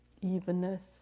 Evenness